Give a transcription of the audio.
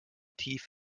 tief